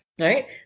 Right